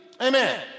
Amen